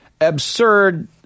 absurd